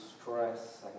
stress